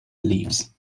leaves